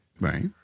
Right